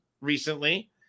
recently